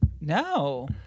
No